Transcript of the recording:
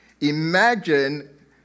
Imagine